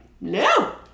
no